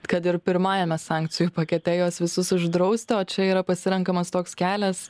kad ir pirmajame sankcijų pakete juos visus uždrausti o čia yra pasirenkamas toks kelias